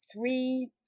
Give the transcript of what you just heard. three